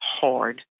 hard